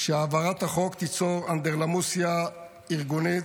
העברת החוק תיצור אנדרלמוסיה ארגונית,